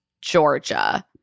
Georgia